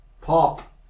Pop